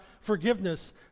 forgiveness